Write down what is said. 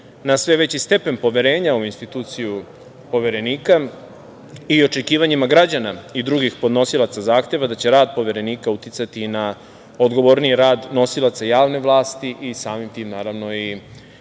na sve veći stepen poverenja u instituciju Poverenika i očekivanjima građana i drugih podnosilaca zahteva da će rad Poverenika uticati i na odgovorniji rad nosilaca javne vlasti i samim tim, naravno i